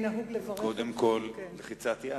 קודם כול לחיצת יד.